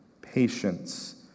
patience